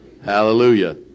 Hallelujah